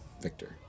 Victor